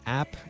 app